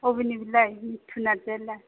बबेनि बेलाय मिथु नार्जारीआ